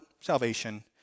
salvation